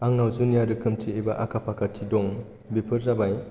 आंनाव जुनिया रोखोमथि एबा आखाफाखाथि दं बेफोर जाबाय